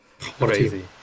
Crazy